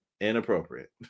inappropriate